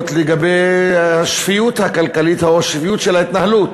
לגבי השפיות הכלכלית או השפיות של ההתנהלות.